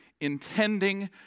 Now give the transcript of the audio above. intending